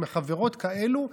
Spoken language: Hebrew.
עם חברות כאלה,